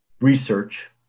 research